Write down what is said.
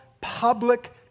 public